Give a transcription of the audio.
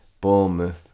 Bournemouth